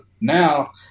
now